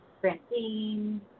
Francine